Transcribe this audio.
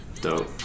dope